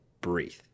breathe